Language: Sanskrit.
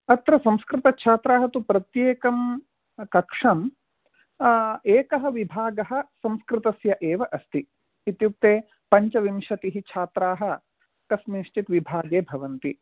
अत्र संस्कृतछात्राः तु प्रत्येकं कक्षाम् आ एकः विभागः संस्कृतस्य एव अस्ति इत्युक्ते पञ्चविंशतिः छात्राः कस्मिंश्चित् विभागे भवन्ति